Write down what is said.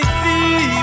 see